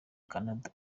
canada